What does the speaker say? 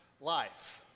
life